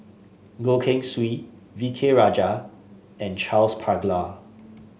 Goh Keng Swee V K Rajah and Charles Paglar